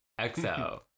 XO